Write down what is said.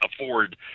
afford